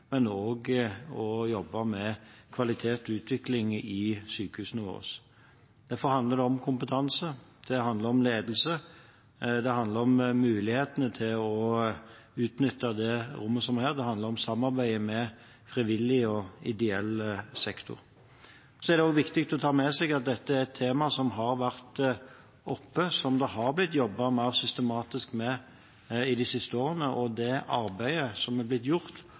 og en må også jobbe med kvalitet og utvikling i sykehusene våre. Derfor handler det om kompetanse. Det handler om ledelse. Det handler om mulighetene til å utnytte det rommet som er, og det handler om samarbeidet med frivillig og ideell sektor. Så er det viktig å ta med seg at dette er et tema som har vært oppe, og som det har blitt jobbet mer systematisk med de siste årene, og det arbeidet som er blitt gjort,